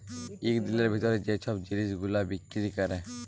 ইক দিলের ভিতরে যে ছব জিলিস গুলা বিক্কিরি ক্যরে